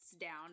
down